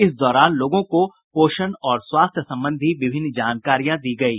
इस दौरान लोगों को पोषण और स्वास्थ्य संबंधी विभिन्न जानकारियां दी गयी